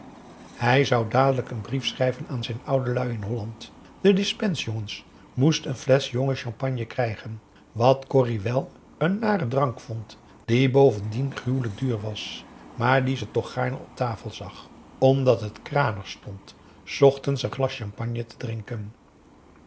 hij zou dadelijk een brief schrijven aan zijn oudelui in holland de dispens jongen moest een flesch champagne krijgen wat corrie wel een naren drank vond die bovendien gruwelijk duur was maar dien ze toch gaarne op tafel zag omdat het kranig stond s ochtends een glas champagne te drinken